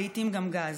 לעיתים גם גז.